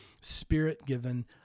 spirit-given